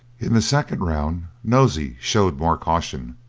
in the second round nosey showed more caution,